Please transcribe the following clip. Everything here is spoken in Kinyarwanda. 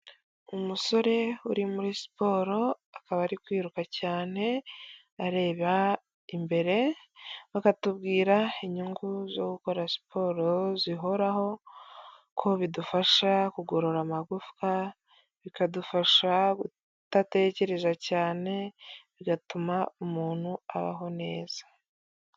Umusore uri muri siporo akaba ari kwiruka cyane areba imbere, bakatubwira inyungu zo gukora siporo zihoraho ko bidufasha kugorora amagufwa, bikadufasha kudatekereza cyane bigatuma umuntu abaho neza.